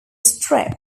strip